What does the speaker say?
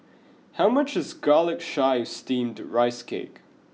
how much is garlic chives steamed rice cake